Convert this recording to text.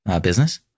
business